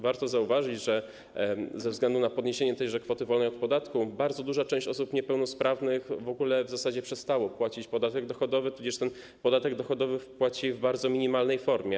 Warto zauważyć, że ze względu na podniesienie kwoty wolnej od podatku bardzo duża część osób niepełnosprawnych w zasadzie w ogóle przestała płacić podatek dochodowy bądź ten podatek dochodowy płaci w bardzo minimalnej formie.